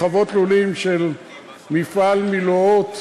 חוות לולים של מפעל "מילואות"